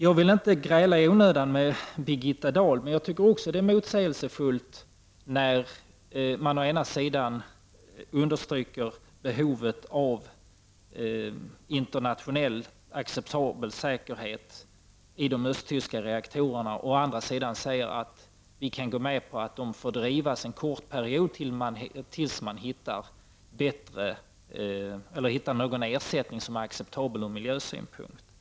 Jag vill inte gräla i onödan med Birgitta Dahl, men jag tycker att det är motsägelsefullt när man å ena sidan understryker behovet av internationellt acceptabel säkerhet i de östtyska reaktorerna och å andra sidan säger att vi från svensk sida kan gå med på att de får drivas en kort period tills någon ersättning som är acceptabel ur miljösynpunkt tas fram.